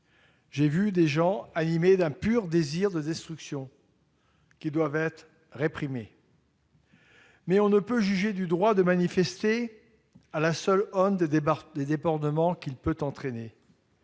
J'ai vu des gens animés d'un pur désir de destruction, qui doivent être réprimés. Mais on ne peut juger du droit de manifester à la seule aune des débordements qu'il peut entraîner.